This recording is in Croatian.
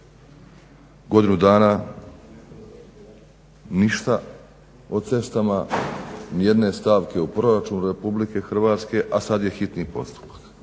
Godinu dana ništa o cestama, ni jedne stavke u proračun RH a sad je hitni postupak.